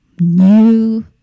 new